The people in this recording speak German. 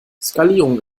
skalierung